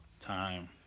Time